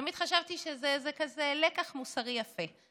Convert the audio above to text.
תמיד חשבתי שזה איזה לקח מוסרי יפה.